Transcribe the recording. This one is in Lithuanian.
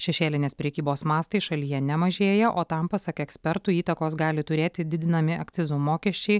šešėlinės prekybos mastai šalyje nemažėja o tam pasak ekspertų įtakos gali turėti didinami akcizo mokesčiai